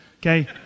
okay